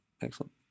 excellent